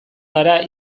gara